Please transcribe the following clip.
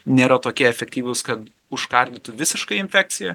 nėra tokie efektyvūs kad užkardytų visiškai infekciją